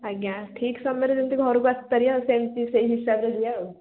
ଆଜ୍ଞା ଠିକ୍ ସମୟରେ ଯେମିତି ଘରୁକୁ ଆସିପାରିବା ଆଉ ସେମିତି ସେଇ ହିସାବରେ ଯିବା ଆଉ